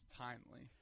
timely